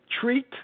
treat